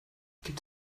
gibt